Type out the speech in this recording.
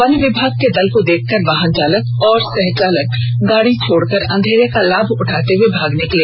one विभाग के दल को देखकर वाहन चालक और सहचालक गाड़ी छोड़ कर अंधेरे का लाभ उठाते हुए भाग निकले